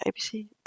ABC